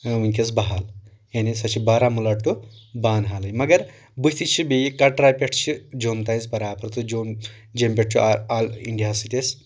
وُنکیٚس بحال یعنی سۄ چھِ بارہمولہ ٹوٚ بانہالٕے مگر بٕتھِ چھِ بیٚیہِ کٹرا پٮ۪ٹھ چھِ جوٚم تانۍ اسہِ برابر تہٕ جوٚم جیمہِ پٮ۪ٹھ چھِ آل انڈیا ہس سۭتۍ أسۍ